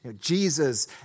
Jesus